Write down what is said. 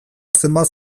zenbat